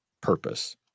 purpose